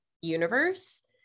universe